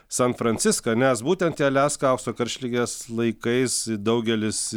san fransiską nes būtent į aliaską aukso karštligės laikais daugelis